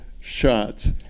shots